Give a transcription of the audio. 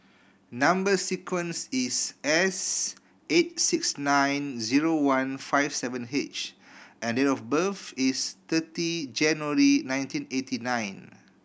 number sequence is S eight six nine zero one five seven H and date of birth is thirty January nineteen eighty nine